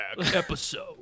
episode